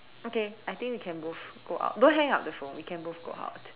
okay I think we can both go out don't hang up the phone we can both go out